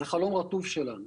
זה חלום רטוב שלנו.